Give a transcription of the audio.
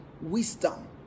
wisdom